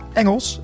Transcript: Engels